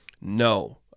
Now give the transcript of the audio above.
No